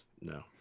no